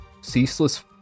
Ceaseless